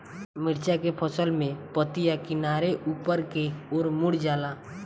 मिरचा के फसल में पतिया किनारे ऊपर के ओर मुड़ जाला?